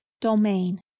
domain